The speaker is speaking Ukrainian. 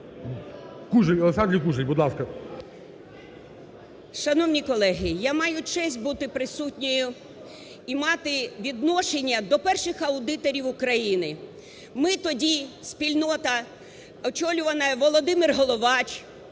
Кужель, Олександрі Кужель, будь ласка.